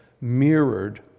mirrored